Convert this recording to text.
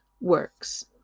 works